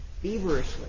Feverishly